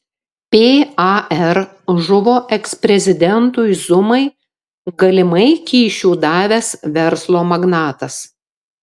par žuvo eksprezidentui zumai galimai kyšių davęs verslo magnatas